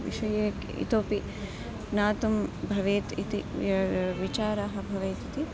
विषये के इतोऽपि ज्ञातुं भवेत् इति विचाराः भवेयुः इति